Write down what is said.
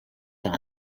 tan